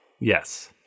Yes